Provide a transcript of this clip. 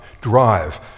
drive